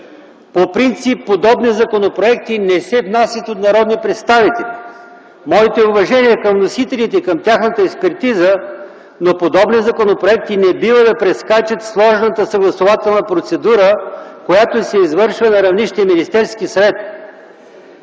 По принцип подобни законопроекти не се внасят от народни представители. Моето уважение към вносителите и към тяхната експертиза, но подобни законопроекти не бива да прескачат сложната съгласувателна процедура, която се извършва на равнище Министерски съвет.